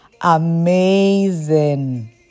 Amazing